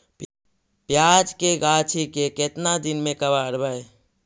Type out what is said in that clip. प्याज के गाछि के केतना दिन में कबाड़बै?